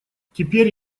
теперь